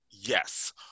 yes